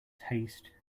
haste